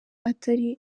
atari